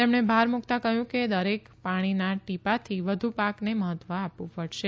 તેમણે ભાર મુકતા કહયું કે દરેક પાણીના ટીપાથી વધુ પાકને મહત્વ આપવું પડશે